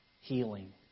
healing